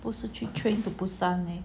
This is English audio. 不是去 train to busan meh